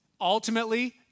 ultimately